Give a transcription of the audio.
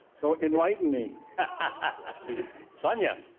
so enlighten me. sonia?